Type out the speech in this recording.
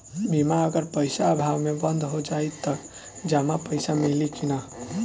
बीमा अगर पइसा अभाव में बंद हो जाई त जमा पइसा मिली कि न?